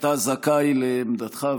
אתה זכאי לעמדתך,